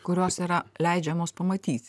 kurios yra leidžiamos pamatyti